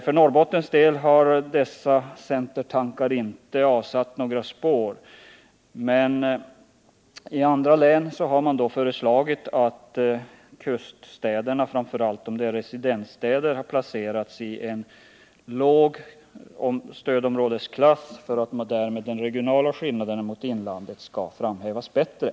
För Norrbottens del har dessa tankegångar inte avsatt några spår, men beträffande andra län har man föreslagit att kuststäderna — framför allt om de är residensstäder — skall placeras in i en låg stödområdesklass för att därmed de regionala skillnaderna mot inlandet skall framhävas bättre.